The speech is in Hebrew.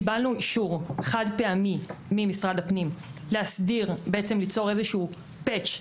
קיבלנו אישור חד פעמי ממשרד הפנים ליצור איזה שהוא Patch,